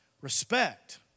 respect